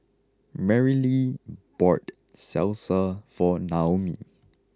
Merrilee bought Salsa for Naomi